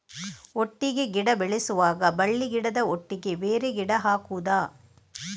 ಒಟ್ಟಿಗೆ ಗಿಡ ಬೆಳೆಸುವಾಗ ಬಳ್ಳಿ ಗಿಡದ ಒಟ್ಟಿಗೆ ಬೇರೆ ಗಿಡ ಹಾಕುದ?